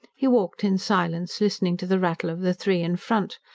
he walked in silence, listening to the rattle of the three in front.